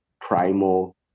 primal